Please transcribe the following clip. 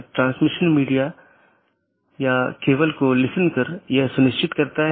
इसका मतलब है कि कौन से पोर्ट और या नेटवर्क का कौन सा डोमेन आप इस्तेमाल कर सकते हैं